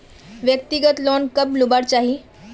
व्यक्तिगत लोन कब लुबार चही?